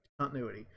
continuity